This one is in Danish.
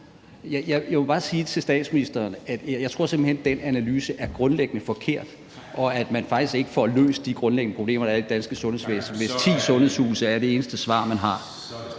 Jeg må bare sige til statsministeren, at jeg tror simpelt hen, at den analyse er grundlæggende forkert, og at man faktisk ikke får løst de grundlæggende problemer, der er i det danske sundhedsvæsen, hvis ti sundhedshuse er det eneste svar, man har.